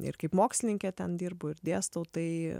ir kaip mokslininkė ten dirbu ir dėstau tai